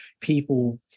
people